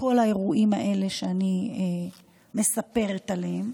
בכל האירועים האלה שאני מספרת עליהם,